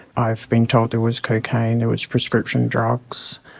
i've been told there was cocaine, there was prescription drugs,